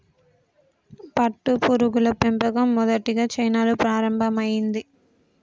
పట్టుపురుగుల పెంపకం మొదటిగా చైనాలో ప్రారంభమైంది